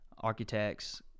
architects